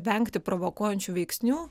vengti provokuojančių veiksnių